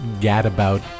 gadabout